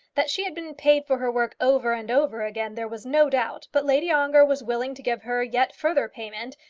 that she had been paid for her work over and over again, there was no doubt but lady ongar was willing to give her yet further payment,